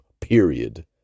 period